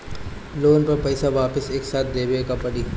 Loan का पईसा वापिस एक साथ देबेके पड़ी?